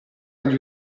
agli